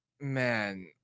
man